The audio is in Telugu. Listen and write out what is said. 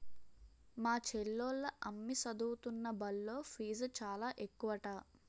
మా చెల్లోల అమ్మి సదువుతున్న బల్లో ఫీజు చాలా ఎక్కువట